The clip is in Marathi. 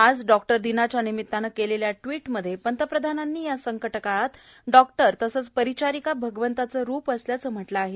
आज डॉक्टर दिनाच्या निमित्ताने केलेल्या ट्वीटमध्ये पंतप्रधानांनी या संकटकाळात डॉक्टर तसंच परिचारिका भगवंताचं रूप असल्याचं म्हटलं आहे